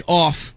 off